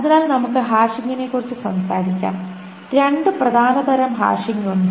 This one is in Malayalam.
അതിനാൽ നമുക്ക് ഹാഷിംഗിനെക്കുറിച്ച് സംസാരിക്കാം രണ്ട് പ്രധാന തരം ഹാഷിംഗ് ഉണ്ട്